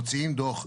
מוציאים דוח,